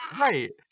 right